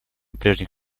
прежних